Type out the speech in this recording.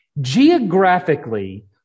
Geographically